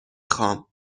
خوام